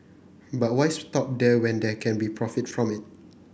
but why stop there when they can be profit from it